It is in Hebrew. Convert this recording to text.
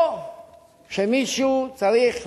או שמישהו צריך להבין,